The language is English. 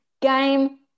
game